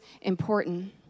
important